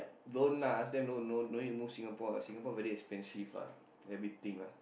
don't uh ask them don't don't don't need move Singapore lah Singapore very expensive ah everything lah